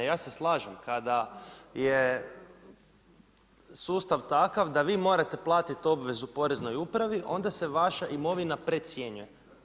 I ja se slažem kada je sustav takav da vi morate platiti obvezu poreznoj upravi onda se vaša imovina precjenjuje.